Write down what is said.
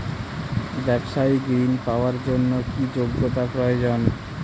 ব্যবসায়িক ঋণ পাওয়ার জন্যে কি যোগ্যতা প্রয়োজন?